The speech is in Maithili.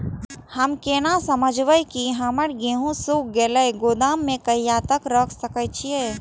हम केना समझबे की हमर गेहूं सुख गले गोदाम में कहिया तक रख सके छिये?